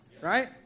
Right